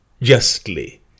justly